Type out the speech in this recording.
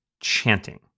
chanting